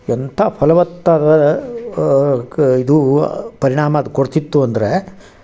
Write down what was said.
ಎಂಥ ಫಲವತ್ತಾದ ಕ ಇದು ಪರಿಣಾಮ ಅದು ಕೊಡ್ತಿತ್ತು ಅಂದರೆ